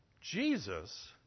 Jesus